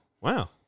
wow